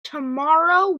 tomorrow